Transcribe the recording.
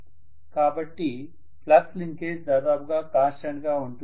కాబట్టి flux linkage దాదాపుగా constant గా ఉంటుంది